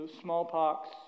smallpox